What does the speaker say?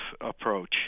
approach